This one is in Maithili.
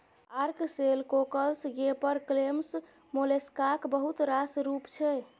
आर्क सेल, कोकल्स, गेपर क्लेम्स मोलेस्काक बहुत रास रुप छै